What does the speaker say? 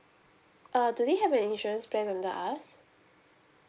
uh do they have an insurance plan under us